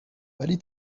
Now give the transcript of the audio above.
ولی